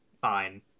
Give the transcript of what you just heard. Fine